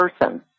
person